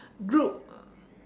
group